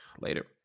Later